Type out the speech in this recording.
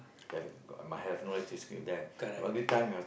have a might have no disturb them the only time you have